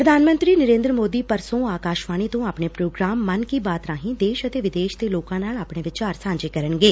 ਪ੍ਰਧਾਨ ਮੰਤਰੀ ਨਰੇਂਦਰ ਮੋਦੀ ਪਰਸੋਂ ਆਕਾਸ਼ਵਾਣੀ ਤੋਂ ਆਪਣੇ ਪ੍ਰੋਗਰਾਮ ਮਨ ਕੀ ਬਾਤ ਰਾਹੀਂ ਦੇਸ਼ ਅਤੇ ਵਿਦੇਸ਼ ਦੇ ਲੋਕਾਂ ਨਾਲ ਆਪਣੇ ਵਿਚਾਰ ਸਾਂਝੇ ਕਰਨਗੇ